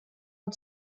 und